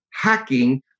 hacking